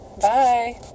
Bye